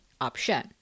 option